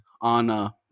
on